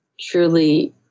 truly